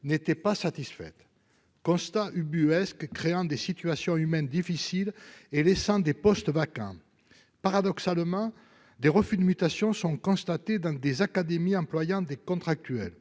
n'étaient pas satisfaites. Ce constat ubuesque crée des situations humaines difficiles et laisse des postes vacants. Paradoxalement, des refus de mutations sont constatés dans des académies employant des contractuels.